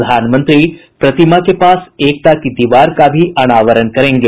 प्रधानमंत्री प्रतिमा के पास एकता की दीवार का भी अनावरण करेंगे